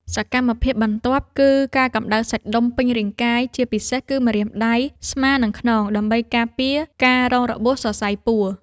សកម្មភាពបន្ទាប់គឺការកម្ដៅសាច់ដុំពេញរាងកាយ ជាពិសេសគឺម្រាមដៃ ស្មា និងខ្នង ដើម្បីការពារការរងរបួសសរសៃពួរ។